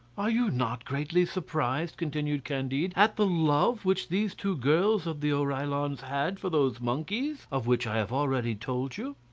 are you not greatly surprised, continued candide, at the love which these two girls of the oreillons had for those monkeys, of which i have already told you?